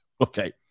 Okay